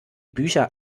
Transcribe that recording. bücher